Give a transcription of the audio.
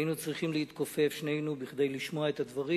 ושנינו היינו צריכים להתכופף כדי לשמוע את הדברים,